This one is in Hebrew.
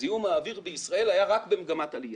זיהום האוויר בישראל היה רק במגמת עלייה.